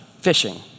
fishing